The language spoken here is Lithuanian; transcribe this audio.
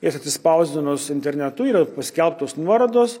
jas atsispausdinus internetu yra paskelbtos nuorodos